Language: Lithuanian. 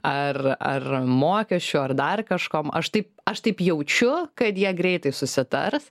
ar ar mokesčių ar dar kažkuom aš taip aš taip jaučiu kad jie greitai susitars